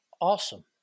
Awesome